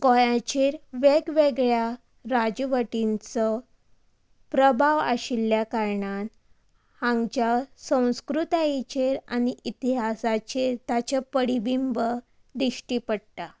गोंयाचेर वेग वेगळ्या राजवटींचो प्रभाव आशिल्ल्या कारणान हांगच्या संस्कृतायेचेर आनी इतिहासाचेर ताचें पडिबिंब दिश्टी पडटा